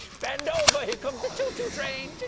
bend over, here comes the choo-choo train!